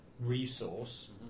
resource